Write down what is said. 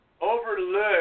overlook